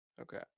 Okay